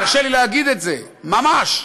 קשה לי להגיד את זה, ממש,